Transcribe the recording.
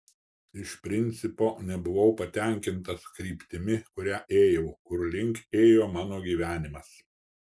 iš principo nebuvau patenkintas kryptimi kuria ėjau kur link ėjo mano gyvenimas